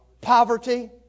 poverty